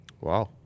Wow